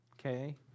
Okay